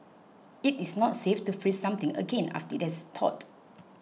it is not safe to freeze something again after it has thawed